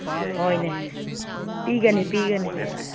ꯍꯣꯏꯅꯦ ꯄꯤꯒꯅꯤ ꯄꯤꯒꯅꯤ